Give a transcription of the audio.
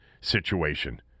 situation